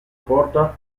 porta